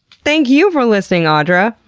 thank you for listening, audra!